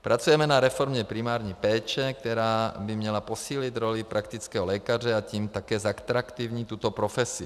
Pracujeme na reformě primární péče, která by měla posílit roli praktického lékaře, a tím také zatraktivnit tuto profesi.